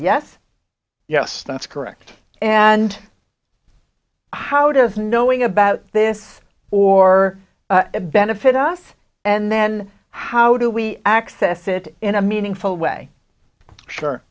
yes yes that's correct and how does knowing about this or benefit us and then how do we access it in a meaningful way sure